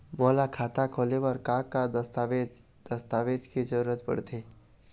मोला खाता खोले बर का का दस्तावेज दस्तावेज के जरूरत पढ़ते?